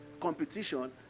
competition